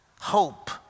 Hope